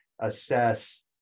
assess